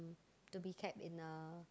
to be caped in a